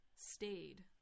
stayed